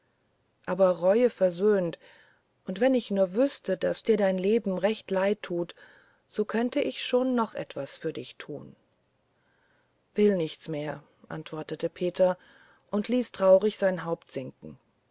aber reue versöhnt und wenn ich nur wüßte daß dir dein leben recht leid tut so könnte ich schon noch was für dich tun will nichts mehr antwortete peter und ließ traurig sein haupt sinken